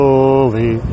Holy